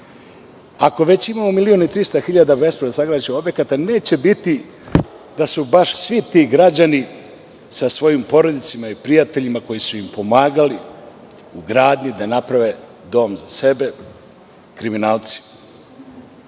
Ako imamo već 1.300.000 bespravno sagrađenog objekta neće biti da su baš svi ti građani, sa svojim porodicama i prijateljima koji su im pomagali u gradnji da naprave dom za sebe kriminalci.